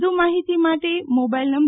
વધુ માહિતી માટે મોબાઇલ નં